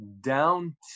down